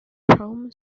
prompted